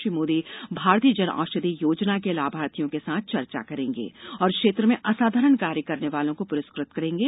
श्री मोदी भारतीय जन औषधि योजना के लाथार्थियों के साथ चर्चा करेंगे और इस क्षेत्र में असाधारण कार्य करने वालों को पुरस्कृत करेंगे